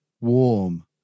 warm